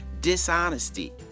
dishonesty